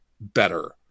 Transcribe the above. better